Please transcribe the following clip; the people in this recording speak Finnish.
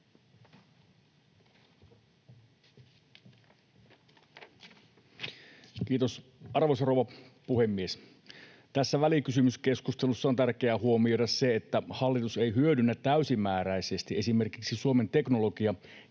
Kiitos, arvoisa rouva puhemies! Tässä välikysymyskeskustelussa on tärkeää huomioida se, että hallitus ei hyödynnä täysimääräisesti esimerkiksi Suomen teknologia-